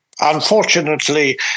Unfortunately